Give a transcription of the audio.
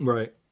Right